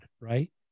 right